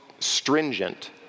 stringent